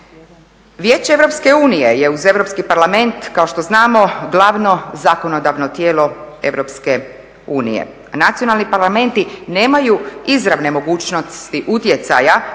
Vijeće Europske unije je uz Europski parlament kao što znamo glavno zakonodavno tijelo Europske unije. Nacionalni parlamenti nemaju izravne mogućnosti utjecaja